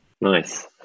Nice